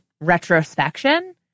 retrospection